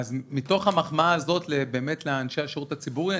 אז מתוך המחמאה הזאת לאנשי השירות הציבורי,